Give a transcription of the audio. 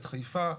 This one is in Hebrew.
את חיפה.